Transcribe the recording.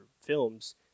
films